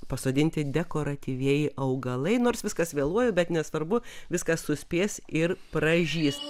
pasodinti dekoratyvieji augalai nors viskas vėluoja bet nesvarbu viskas suspės ir pražys